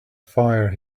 fire